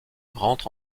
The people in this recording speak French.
rentre